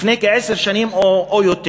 לפני עשר שנים או יותר